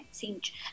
change